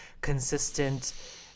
consistent